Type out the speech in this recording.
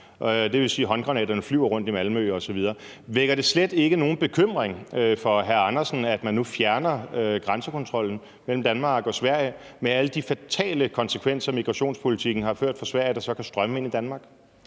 Det vil sige, at håndgranaterne flyver rundt i Malmø osv. Vækker det slet ikke nogen bekymring hos hr. Henrik Rejnholt Andersen, at man nu fjerner grænsekontrollen mellem Danmark og Sverige – med alle de fatale konsekvenser, som migrationspolitikken har medført for Sverige, der så kan strømme ind i Danmark?